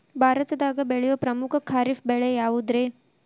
ಭಾರತದಾಗ ಬೆಳೆಯೋ ಪ್ರಮುಖ ಖಾರಿಫ್ ಬೆಳೆ ಯಾವುದ್ರೇ?